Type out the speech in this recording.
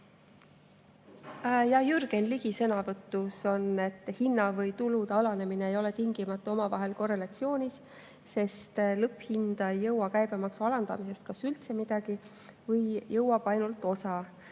Jürgen Ligi sõnavõtus on, et hinna või tulude alanemine ei ole tingimata omavahel korrelatsioonis, sest lõpphinda ei jõua käibemaksu alandamisest kas üldse midagi või jõuab ainult osa,